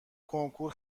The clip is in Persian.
کنکور